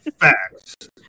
Facts